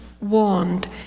warned